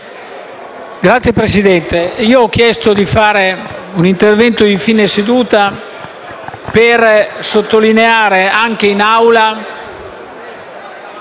Signor Presidente, ho chiesto di fare un intervento a fine seduta per sottolineare anche in